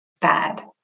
bad